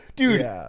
Dude